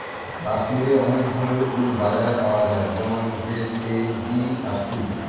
কাশ্মিরে অনেক ধরনের উল বাজারে পাওয়া যায় যেমন গ্রেড এ, বি আর সি